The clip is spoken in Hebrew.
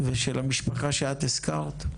ושל המשפחה שאת הזכרת,